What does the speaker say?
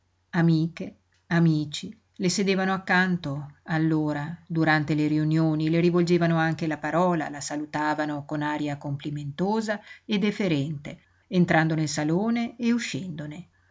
amiche amici le sedevano accanto allora durante le riunioni le rivolgevano anche la parola la salutavano con aria complimentosa e deferente entrando nel salone e uscendone